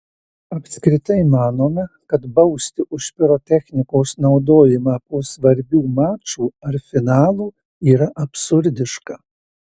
apskritai manome kad bausti už pirotechnikos naudojimą po svarbių mačų ar finalų yra absurdiška